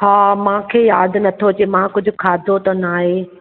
हा मांखे यादि नथो अचे मां कुझु खाधो त नाहे